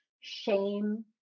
shame